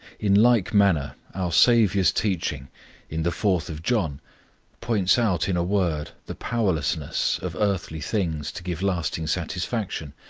in like manner our saviour's teaching in the fourth of john points out in a word the powerlessness of earthly things to give lasting satisfaction,